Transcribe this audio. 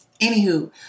anywho